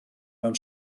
mewn